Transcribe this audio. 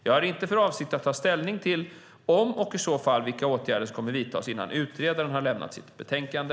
Jag har inte för avsikt att ta ställning till om och i så fall vilka åtgärder som kommer att vidtas innan utredaren har lämnat sitt betänkande.